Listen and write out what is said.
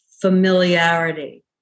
familiarity